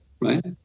right